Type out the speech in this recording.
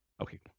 Okay